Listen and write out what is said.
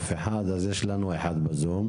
באזור חדרה?